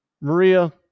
Maria